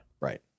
Right